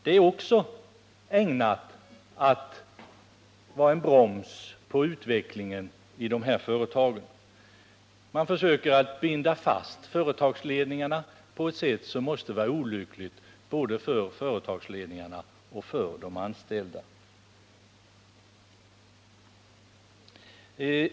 Det är också ägnat att vara en broms på utvecklingen i de här företagen. Man försöker binda fast företagsledningarna på ett sätt som måste vara olyckligt både för företagen och för de anställda.